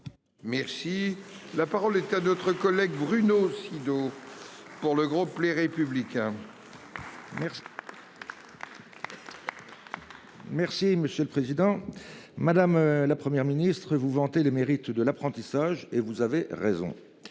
Merci. La parole est à d'notre collègue Bruno Sido. Pour le groupe Les Républicains. Merci monsieur le président, madame, la Première ministre vous vanter les mérites de l'apprentissage et vous avez raison.